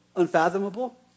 unfathomable